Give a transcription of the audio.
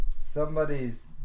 Somebody's